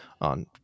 on